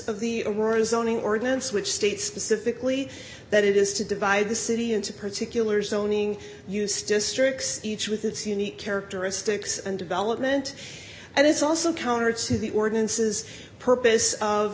of the aurora zoning ordinance which states specifically that it is to divide the city into particular zoning use districts each with its unique characteristics and development and it's also counter to the ordinances purpose of